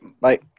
bye